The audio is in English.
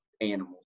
animals